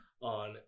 on